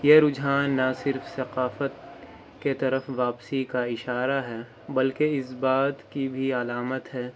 یہ رجحان نہ صرف ثقافت کے طرف واپسی کا اشارہ ہے بلکہ اس بات کی بھی علامت ہے